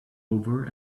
over